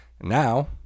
Now